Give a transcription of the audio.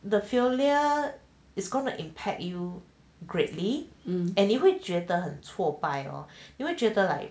the failure it's gonna impact you greatly and 你会觉得很挫败 loh even 觉得 like